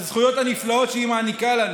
את הזכויות הנפלאות שהיא מעניקה לנו,